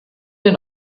den